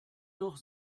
noch